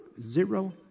zero